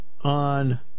on